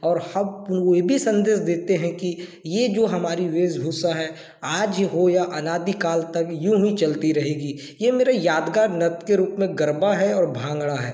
और वो ये भी सन्देश देते हैं कि यह जो हमारी वेशभूषा है आज हो या अनादि काल तक यूं ही चलती रहेगी ये मेरे यादगार नृत्य के रूप में गरबा है और भांगड़ा है